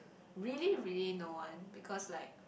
really really no one because like